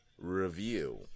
review